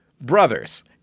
Brothers